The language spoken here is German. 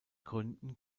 gründen